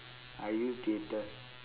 I use data